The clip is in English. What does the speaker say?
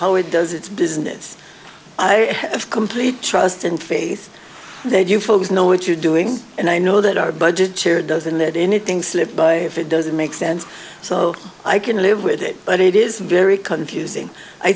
how it does its business i have complete trust and faith that you folks know what you're doing and i know that our budget chair doesn't let anything slip by it doesn't make sense so i can live with it but it is very confusing i